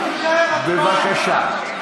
בבקשה.